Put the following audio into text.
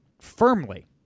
firmly